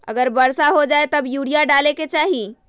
अगर वर्षा हो जाए तब यूरिया डाले के चाहि?